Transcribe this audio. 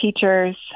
teachers